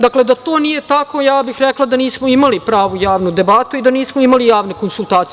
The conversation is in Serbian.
Da to nije tako, ja bih rekla da nismo imali pravu javnu debatu i da nismo imali javne konsultacije.